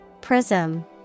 Prism